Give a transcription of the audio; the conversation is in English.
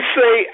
say